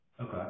Okay